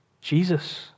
Jesus